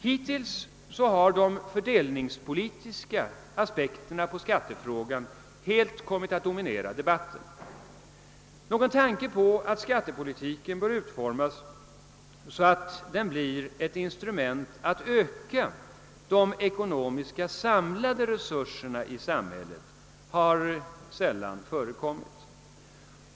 Hittills har de fördelningspolitiska aspekterna på skattefrågan helt kommit att dominera debatten, Någon tanke på att skattepolitiken bör utformas så att det blir ett instrument att öka de samlade ekonomiska resurserna i samhället har sällan förekommit.